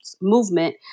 movement